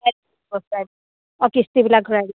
অঁ কিস্তিবিলাক ঘূৰাই